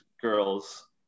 girls